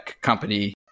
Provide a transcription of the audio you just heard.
company